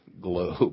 globe